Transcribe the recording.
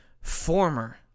former